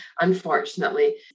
unfortunately